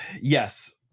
Yes